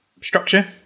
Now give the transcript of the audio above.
structure